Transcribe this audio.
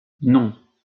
non